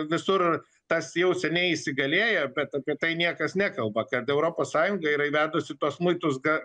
visur tas jau seniai įsigalėję bet apie tai niekas nekalba kad europos sąjunga yra įvedusi tuos muitus ga